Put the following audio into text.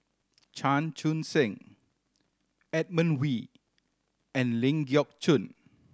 Chan Chun Sing Edmund Wee and Ling Geok Choon